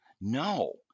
No